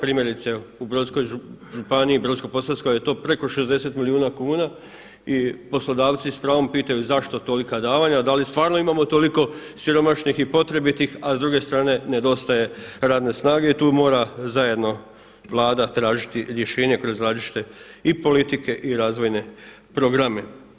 Primjerice u Brodskoj županiji u Brodsko-posavskoj je to preko 60 milijuna kuna i poslodavci s pravom pitaju zašto tolika davanja, da li stvarno imamo toliko siromašnih i potrebitih a s druge strane nedostaje radne snage i tu mora zajedno Vlada tražiti rješenje kroz različite i politike i razvojne programe.